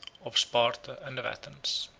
of sparta, and of athens.